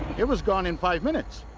it was gone in five minutes.